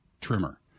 trimmer